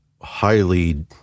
highly